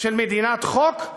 של מדינת חוק?